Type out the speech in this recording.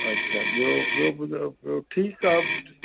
अच्छा ॿियो ॿियो ॿुधायो ॿियो ठीकु आहे